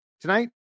Tonight